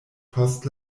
post